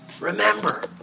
remember